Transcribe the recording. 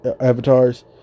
avatars